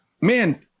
man